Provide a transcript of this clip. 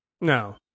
No